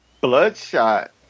Bloodshot